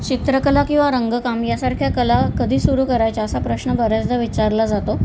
चित्रकला किंवा रंगकाम यासारख्या कला कधी सुरू करायच्या असा प्रश्न बऱ्याचदा विचारला जातो